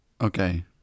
Okay